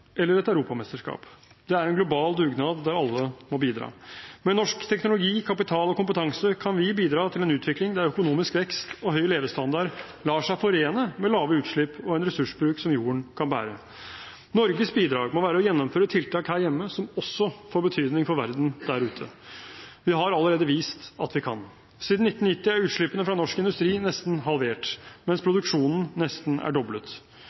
eller et europamesterskap. Det er en global dugnad der alle må bidra. Med norsk teknologi, kapital og kompetanse kan vi bidra til en utvikling der økonomisk vekst og høy levestandard lar seg forene med lave utslipp og en ressursbruk jorden kan bære. Norges bidrag må være å gjennomføre tiltak her hjemme som også får betydning for verden der ute. Vi har allerede vist at vi kan. Siden 1990 er utslippene fra norsk industri nesten halvert, mens produksjonen nesten er doblet.